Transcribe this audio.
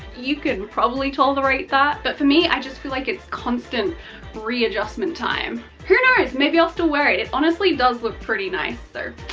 you can probably tolerate that, but for me, i just feel like it's constant readjustment time. who knows, maybe i'll still wear it, it honestly does look pretty nice